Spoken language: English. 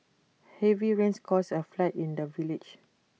heavy rains caused A flood in the village